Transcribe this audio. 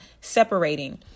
separating